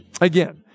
again